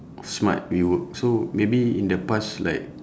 smart you work so maybe in the past like